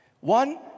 One